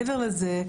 מעבר לזה,